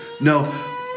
No